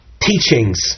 teachings